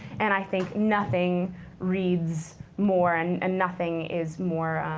and i think nothing reads more, and and nothing is more